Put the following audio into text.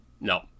No